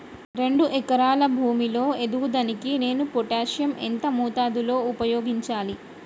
రెండు ఎకరాల భూమి లో ఎదుగుదలకి నేను పొటాషియం ఎంత మోతాదు లో ఉపయోగించాలి?